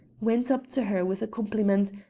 went up to her with a compliment,